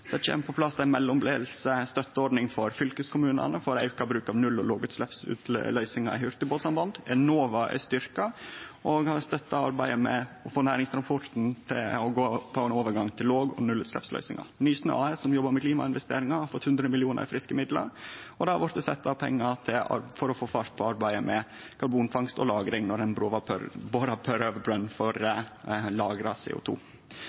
Det kjem på plass ei mellombels støtteordning for fylkeskommunane for auka bruk av null- og lågutsleppsløysingar i hurtigbåtsamband. Enova er styrkt og har støtta arbeidet med få næringstransporten til å gå på ein overgang til låg- og nullutsleppsløysingar. Nysnø AS, som jobbar med klimainvesteringar, har fått 100 mill. kr i friske midlar, og det har blitt sett av pengar for å få fart på arbeidet med karbonfangst og -lagring når ein borer prøvebrønn for lagra CO2. Regjeringspartia har òg funne rom for